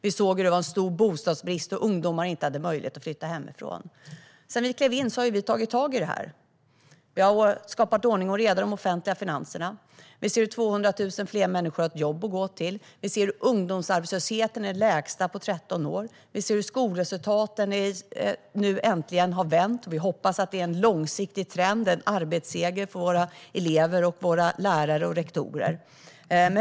Det rådde en stor bostadsbrist, och ungdomar hade inte möjlighet att flytta hemifrån. Sedan vi klev in har vi tagit tag i det här. Vi har skapat ordning och reda i de offentliga finanserna. 200 000 fler människor har ett jobb att gå till. Ungdomsarbetslösheten är den lägsta på 13 år. Skolresultaten har nu äntligen vänt, och vi hoppas att det är en långsiktig trend, en arbetsseger för våra elever, lärare och rektorer.